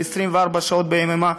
24 שעות ביממה,